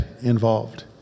involved